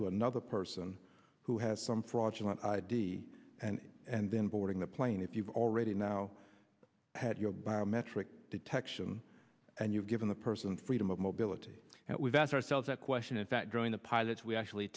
to another person who has some fraudulent i d and and then boarding the plane if you've already now had your biometric detection and you've given the person freedom of mobility and we've asked ourselves that question at that drawing the pilots we a